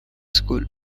school